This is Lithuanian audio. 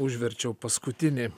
užverčiau paskutinį